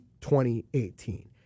2018